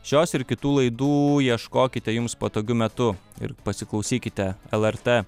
šios ir kitų laidų ieškokite jums patogiu metu ir pasiklausykite lrt